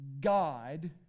God